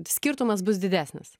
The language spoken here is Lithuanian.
skirtumas bus didesnis